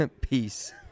peace